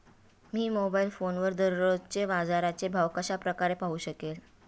मी mobile फोनवर दररोजचे बाजाराचे भाव कशा प्रकारे पाहू शकेल?